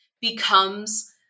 becomes